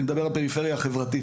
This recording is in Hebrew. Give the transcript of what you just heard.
אני מדבר על הפריפריה החברתית,